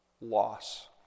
loss